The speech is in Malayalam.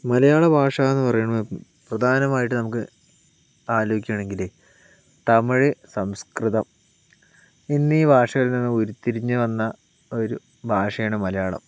മലയാള ഭാഷയെന്ന് പറയുന്നത് പ്രധാമായിട്ട് നമുക്ക് ആലോചിക്കുകയാണെങ്കിൽ തമിഴ് സംസ്കൃതം എന്നീ ഭാഷകളിൽ നിന്നും ഉരുത്തിരിഞ്ഞു വന്ന ഒരു ഭാഷയാണ് മലയാളം